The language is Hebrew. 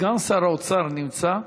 סגן שר האוצר נמצא?